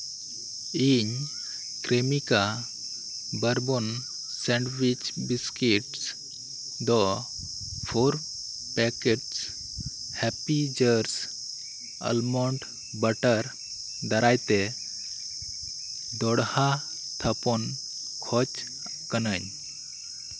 ᱤᱧ Cremica bourbon sandwich biscuit ᱫᱚ four packets happy jars almond butter ᱫᱟᱨᱟᱭᱛᱮ ᱫᱚᱦᱲᱟ ᱛᱷᱟᱯᱚᱱ ᱠᱷᱚᱡ ᱠᱟᱱᱟᱧ